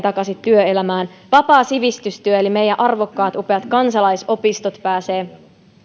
takaisin työelämään vapaa sivistystyö eli meidän arvokkaat upeat kansalaisopistot pääsevät